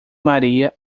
maria